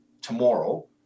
tomorrow